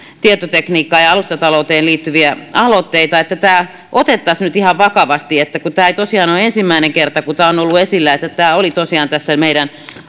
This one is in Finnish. tietotekniikkaan ja alustata louteen liittyviä aloitteita että tämä otettaisiin nyt ihan vakavasti tämä ei tosiaan ole ensimmäinen kerta kun tämä on on ollut esillä tämä oli tosiaan tässä meidän